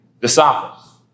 Disciples